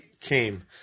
came